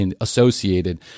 associated